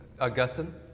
Augustine